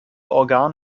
organ